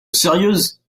sérieuse